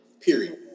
period